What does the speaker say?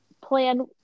plan